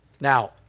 Now